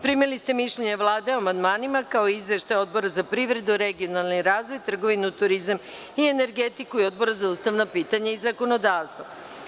Primili ste mišljenje Vlade o amandmanima, kao i izveštaje Odbora za privredu, regionalni razvoj, trgovinu, turizam i energetiku i Odbora za ustavna pitanja i zakonodavstvo.